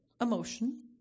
emotion